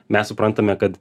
mes suprantame kad